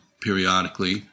periodically